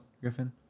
Griffin